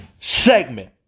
segment